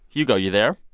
hugo, you there?